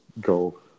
go